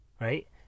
Right